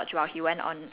okay so